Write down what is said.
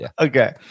okay